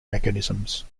mechanisms